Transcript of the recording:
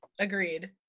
agreed